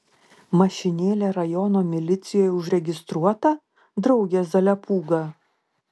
mašinėlė rajono milicijoje užregistruota drauge zaliapūga